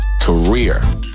career